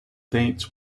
dates